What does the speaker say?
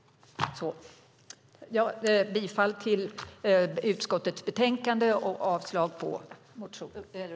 Jag yrkar bifall till utskottets förslag i betänkandet och avslag på reservationerna.